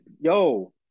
Yo